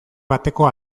bateko